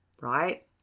Right